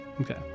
Okay